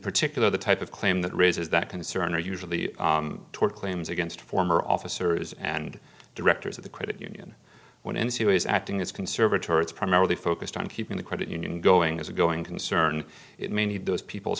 particular the type of claim that raises that concern are usually tort claims against former officers and directors of the credit union when n c who is acting as conservatory is primarily focused on keeping the credit union going as a going concern it may need those people's